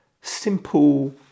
simple